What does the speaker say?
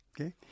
okay